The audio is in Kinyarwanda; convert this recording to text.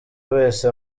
wese